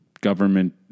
government